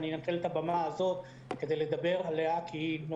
ואנצל את הבמה הזו כדי לדבר עליו כי הבמה